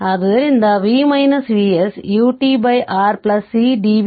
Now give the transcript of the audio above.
ಆದ್ದರಿಂದv Vs uRc